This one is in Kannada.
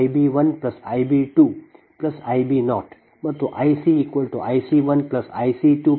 IbIb1Ib2Ib0 ಮತ್ತು IcIc1Ic2Ic0